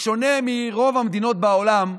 בשונה מרוב המדינות בעולם,